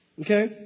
Okay